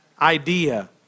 idea